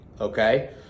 okay